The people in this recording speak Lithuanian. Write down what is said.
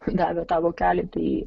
gavę tą vokelį tai